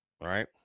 right